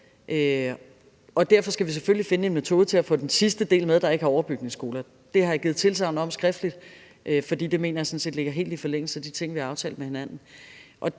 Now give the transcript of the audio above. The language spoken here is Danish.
derfor skal vi selvfølgelig finde en metode til at få den sidste del, der ikke har en overbygning, med. Det har jeg givet tilsagn om skriftligt, for det mener jeg sådan set ligger helt i forlængelse af de ting, vi har aftalt med hinanden.